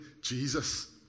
Jesus